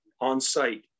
on-site